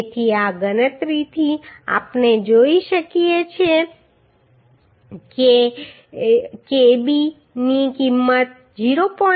તેથી આ ગણતરીથી આપણે જોઈ શકીએ છીએ કે kb ની કિંમત 0